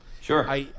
Sure